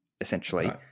essentially